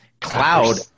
cloud